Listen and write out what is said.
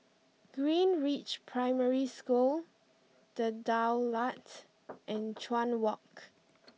Greenridge Primary School The Daulat and Chuan Walk